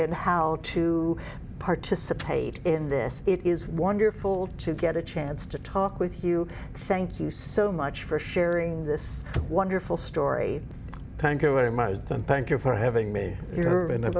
and how to participate in this it is wonderful to get a chance to talk with you thank you so much for sharing this wonderful story thank you very much thank you for having me you know